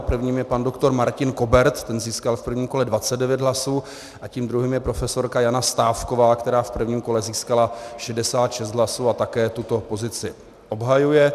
Prvním je pan doktor Martin Kobert, ten získal v prvním kole 29 hlasů, a tím druhým je profesorka Jana Stávková, která v prvním kole získala 66 hlasů a také tuto pozici obhajuje.